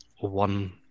one